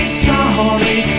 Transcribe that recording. sorry